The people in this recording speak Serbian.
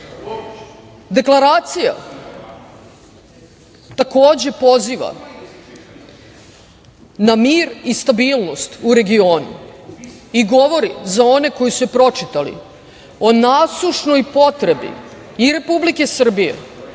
pročitaju. Deklaracija takođe poziva na mir i stabilnost u regionu i govori za one koji su je pročitali o nasušnoj potrebi i Republike Srbije